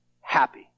happy